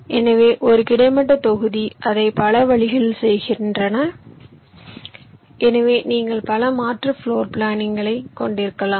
எனவே ஒரு கிடைமட்ட தொகுதி அதை பல வழிகளில் செய்கிறேன் எனவே நீங்கள் பல மாற்று பிளோர் பிளானிங்களைக் கொண்டிருக்கலாம்